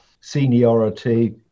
seniority